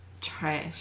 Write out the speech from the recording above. Trash